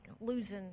losing